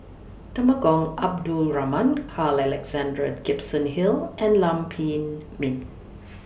Temenggong Abdul Rahman Carl Alexander Gibson Hill and Lam Pin Min